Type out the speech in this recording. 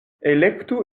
elektu